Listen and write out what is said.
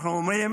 אנחנו אומרים